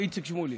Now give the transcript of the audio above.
איציק שמולי,